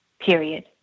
period